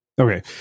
Okay